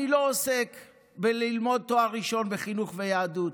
אני לא עוסק בלימוד תואר ראשון בחינוך ויהדות,